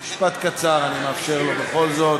משפט קצר אני מאפשר לו בכל זאת.